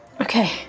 Okay